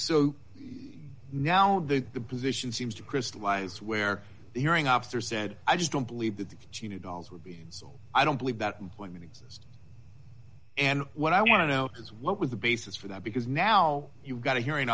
so now that the position seems to crystallize where the hearing officer said i just don't believe that the two dollars would be so i don't believe that employment exist and what i want to know is what was the basis for that because now you've got a hearing